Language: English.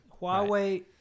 Huawei